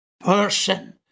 person